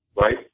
right